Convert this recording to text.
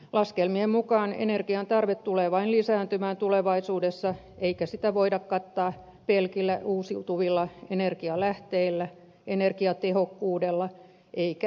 laskelmien mukaan energian tarve tulee vain lisääntymään tulevaisuudessa eikä sitä voida kattaa pelkillä uusiutuvilla energialähteillä energiatehokkuudella eikä energiansäästöllä